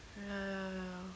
ya ya ya